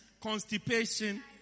constipation